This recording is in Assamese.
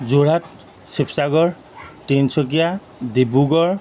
যোৰহাট শিৱসাগৰ তিনিচুকীয়া ডিব্ৰুগড়